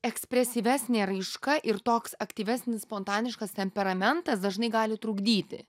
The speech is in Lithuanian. ekspresyvesnė raiška ir toks aktyvesnis spontaniškas temperamentas dažnai gali trukdyti